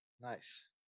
Nice